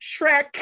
Shrek